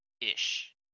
ish